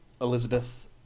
Elizabeth